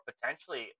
Potentially